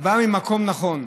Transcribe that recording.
בא ממקום נכון,